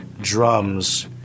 drums